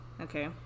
Okay